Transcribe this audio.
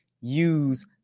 use